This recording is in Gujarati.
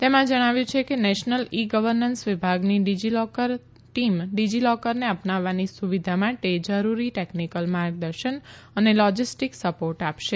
તેમાં જણાવ્યું છે કે નેશનલ ઇ ગવર્નન્સ વિભાગની ડિજિલોકર ટીમ ડિજિલોકરને અપનાવવાની સુવિધા માટે જરૂરી ટેકનીકલ માર્ગદર્શન અને લોજિસ્ટિક સપોર્ટ આપશે